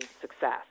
success